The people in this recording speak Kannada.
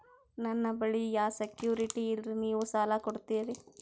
ನನ್ನ ಬಳಿ ಯಾ ಸೆಕ್ಯುರಿಟಿ ಇಲ್ರಿ ನೀವು ಸಾಲ ಕೊಡ್ತೀರಿ?